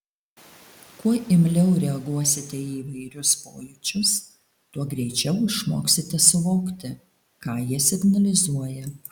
kuo imliau reaguosite į įvairius pojūčius tuo greičiau išmoksite suvokti ką jie signalizuoja